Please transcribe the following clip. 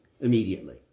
immediately